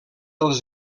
els